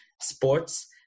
sports